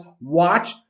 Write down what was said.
watch